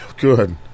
good